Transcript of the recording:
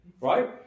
Right